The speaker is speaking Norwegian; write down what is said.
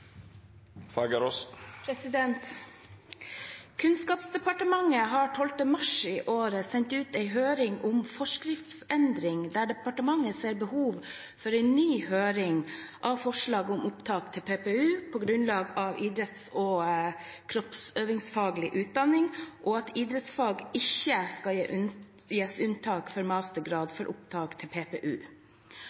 arbeidet. Kunnskapsdepartementet sendte 12. mars i år ut en høring om forskriftsendring fordi departementet ser behov for en ny høring av forslaget om opptak til PPU. Det gjelder idretts- og kroppsøvingsfaglig utdanning, at idrettsfag ikke skal gis unntak for mastergrad for opptak til PPU.